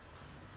oh